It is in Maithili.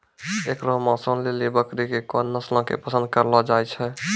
एकरो मांसो लेली बकरी के कोन नस्लो के पसंद करलो जाय छै?